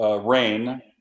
rain